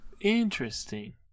Interesting